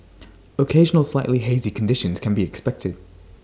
occasional slightly hazy conditions can be expected